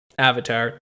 Avatar